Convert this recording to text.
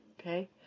Okay